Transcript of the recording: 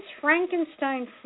Frankenstein